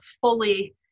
fully